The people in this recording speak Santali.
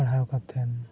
ᱯᱟᱲᱦᱟᱣ ᱠᱟᱛᱮᱫ